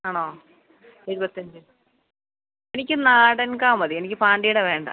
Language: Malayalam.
ആണോ ഇരുപത്തഞ്ച് എനിക്ക് നാടന് കാ മതി എനിക്ക് പാണ്ടിയുടെ വേണ്ട